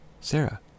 Sarah